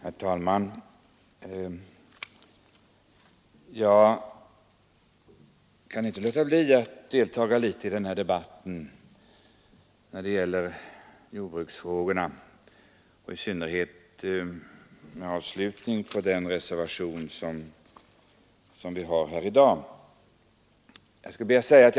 Herr talman! Jag kan inte låta bli att delta i denna debatt om jordbruksfrågorna, och jag vill göra det närmast i anslutning till reservationen.